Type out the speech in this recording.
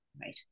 Right